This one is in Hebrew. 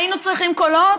היינו צריכים קולות?